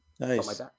Nice